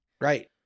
right